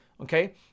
Okay